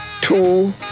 two